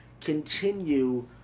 continue